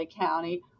County